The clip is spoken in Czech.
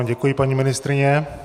Děkuji vám, paní ministryně.